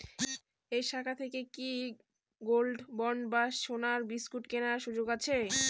এই শাখা থেকে কি গোল্ডবন্ড বা সোনার বিসকুট কেনার সুযোগ আছে?